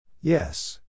Yes